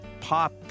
pop